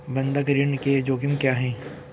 बंधक ऋण के जोखिम क्या हैं?